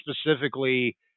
specifically